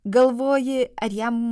galvoji ar jam